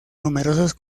numerosos